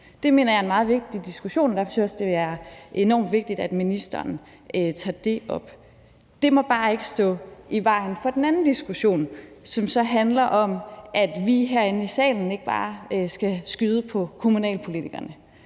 Det mener jeg er en meget vigtig diskussion, og derfor synes jeg også, det er enormt vigtigt, at ministeren tager det op. Det må bare ikke stå i vejen for den anden diskussion, som så handler om, at vi herinde i salen ikke bare skal skyde på kommunalpolitikerne.